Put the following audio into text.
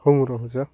ହଉ ରହୁଛି ଆଁ